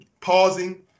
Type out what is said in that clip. pausing